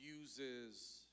uses